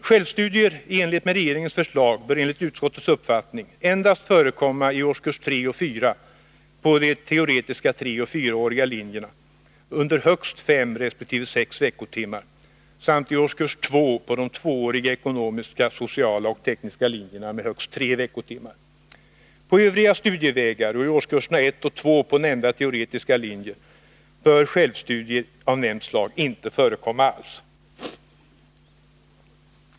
Självstudier i enlighet med regeringens förslag bör enligt utskottets uppfattning endast förekomma i årskurserna 3 och 4 på de teoretiska 3 och 4-åriga linjerna under högst 5 resp. 6 veckotimmar samt i årskurs 2 på de 2-åriga ekonomiska, sociala och tekniska linjerna under högst 3 veckotimmar. På övriga studievägar och i årskurserna 1 och 2 på de nämnda teoretiska linjerna bör självstudier av nämnt slag inte förekomma alls.